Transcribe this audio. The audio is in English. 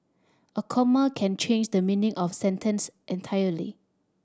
a comma can change the meaning of a sentence entirely